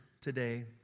today